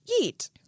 eat